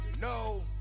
No